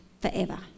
forever